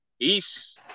Peace